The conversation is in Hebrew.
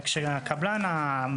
ואז אני רוצה לראות אם יהיו עוד תאונות.